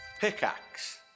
Pickaxe